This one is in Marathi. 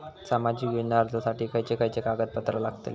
सामाजिक योजना अर्जासाठी खयचे खयचे कागदपत्रा लागतली?